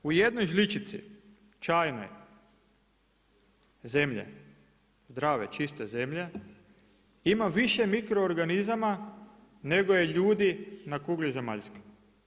U jednoj žličici čajnoj zemlje, zdrave čiste zemlje ima više mikro organizama nego je ljudi na kugli zemaljskoj.